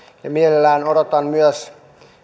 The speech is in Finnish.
mielelläni odotan myös